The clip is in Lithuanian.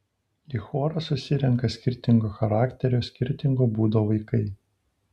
į chorą susirenka skirtingo charakterio skirtingo būdo vaikai